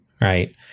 right